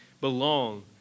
belong